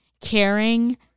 caring